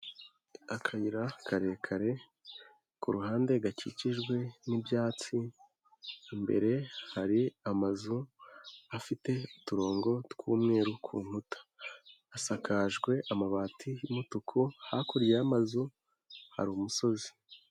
Akayira karekare, kuruhande gakikijwe n'ibyatsi, imbere hari amazu afite uturongo tw'umweru ku nkuta. Asakajwe amabati y'umutuku, hakurya y'amazu, hari umusozi.